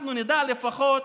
שאנחנו לפחות